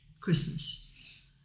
Christmas